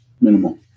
minimal